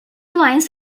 wines